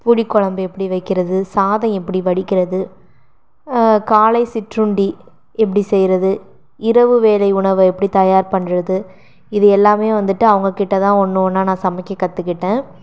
புளிக் குழம்பு எப்படி வைக்கிறது சாதம் எப்படி வடிக்கிறது காலை சிற்றுண்டி எப்படி செய்யறது இரவு வேளை உணவை எப்படி தயார் பண்ணுறது இது எல்லாமே வந்துட்டு அவங்ககிட்ட தான் ஒன்று ஒன்றா நான் சமைக்கக் கற்றுக்கிட்டேன்